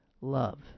Love